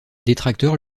détracteurs